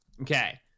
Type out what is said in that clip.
Okay